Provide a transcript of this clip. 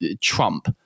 Trump